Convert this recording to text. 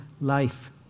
life